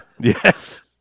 Yes